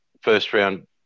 first-round